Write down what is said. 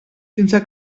sense